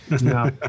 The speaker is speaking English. No